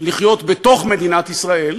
לחיות בתוך מדינת ישראל